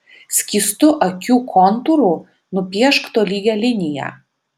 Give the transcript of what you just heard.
skystu akių kontūru nupiešk tolygią liniją